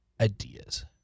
ideas